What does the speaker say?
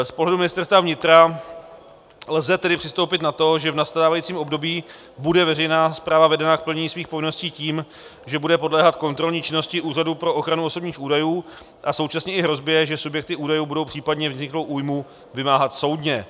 Z pohledu Ministerstva vnitra lze tedy přistoupit na to, že v nastávajícím období bude veřejná správa vedena k plnění svých povinností tím, že bude podléhat kontrolní činnosti Úřadu pro ochranu osobních údajů a současně i hrozbě, že subjekty údajů budou případně vzniklou újmu vymáhat soudně.